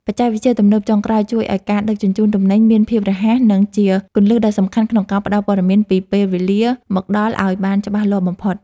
បច្ចេកវិទ្យាទំនើបចុងក្រោយជួយឱ្យការដឹកជញ្ជូនទំនិញមានភាពរហ័ស និង ជាគន្លឹះដ៏សំខាន់ក្នុងការផ្តល់ព័ត៌មានពីពេលវេលាមកដល់ឱ្យបានច្បាស់លាស់បំផុត។